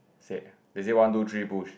said they say one two three push